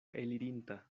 elirinta